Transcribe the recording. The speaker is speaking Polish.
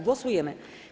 Głosujemy.